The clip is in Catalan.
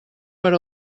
per